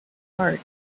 heart